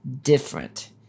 different